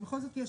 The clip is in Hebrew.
בכל זאת יש,